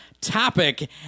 topic